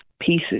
pieces